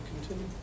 continue